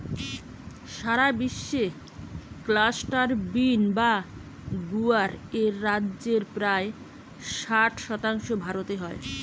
সারা বিশ্বে cluster bean বা গুয়ার এর চাষের প্রায় ষাট শতাংশ ভারতে হয়